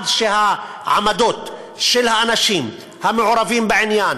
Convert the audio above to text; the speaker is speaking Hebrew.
והעמדות של האנשים המעורבים בעניין,